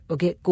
Okay